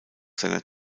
seiner